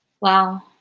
Wow